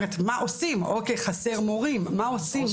אוקיי, חסר מורים, מה עושים?